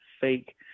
fake